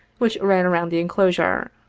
which ran around the enclosure.